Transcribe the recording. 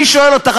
אני שואל אותך,